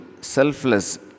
selfless